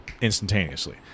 instantaneously